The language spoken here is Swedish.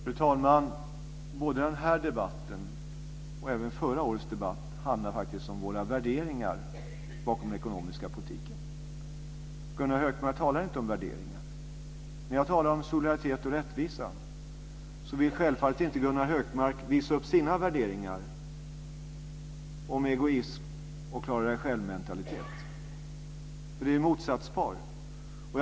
Fru talman! Den här debatten handlar liksom förra årets debatt faktiskt om värderingarna bakom den ekonomiska politiken. Gunnar Hökmark talar inte om värderingar. När jag talar om solidaritet och rättvisa vill Gunnar Hökmark självfallet inte visa upp sina värderingar, som handlar om egoism och klara-digsjälv-mentalitet. Det är fråga om ett motsatspar.